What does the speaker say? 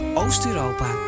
Oost-Europa